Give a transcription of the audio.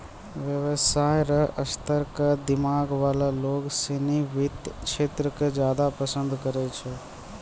व्यवसाय र स्तर क दिमाग वाला लोग सिनी वित्त क्षेत्र क ज्यादा पसंद करै छै